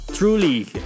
Truly